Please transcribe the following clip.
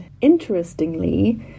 interestingly